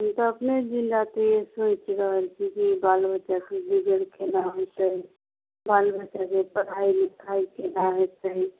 हम तऽ अपने जिलाके सोचि रहल छी कि जे ई बाल बच्चाके गुजर कोना हेतै बाल बच्चाके जे पढ़ाइ लिखाइ कोना हेतै